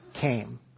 came